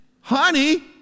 Honey